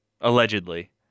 allegedly